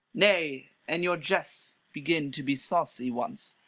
nay, an your jests begin to be saucy once,